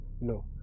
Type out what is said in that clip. no